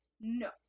no